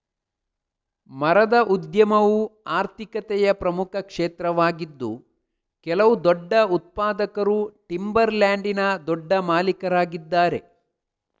ಮರದ ಉದ್ಯಮವು ಆರ್ಥಿಕತೆಯ ಪ್ರಮುಖ ಕ್ಷೇತ್ರವಾಗಿದ್ದು ಕೆಲವು ದೊಡ್ಡ ಉತ್ಪಾದಕರು ಟಿಂಬರ್ ಲ್ಯಾಂಡಿನ ದೊಡ್ಡ ಮಾಲೀಕರಾಗಿದ್ದಾರೆ